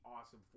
awesome